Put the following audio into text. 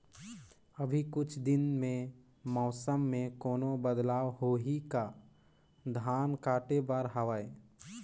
अभी कुछ दिन मे मौसम मे कोनो बदलाव होही का? धान काटे बर हवय?